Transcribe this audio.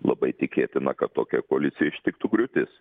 labai tikėtina kad tokią koaliciją ištiktų griūtis